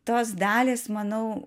tos dalys manau